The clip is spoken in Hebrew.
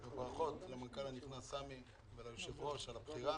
ברכות למנכ"ל הנכנס סמי וליושב-ראש על הבחירה.